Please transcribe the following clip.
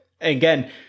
again